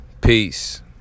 Peace